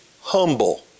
humble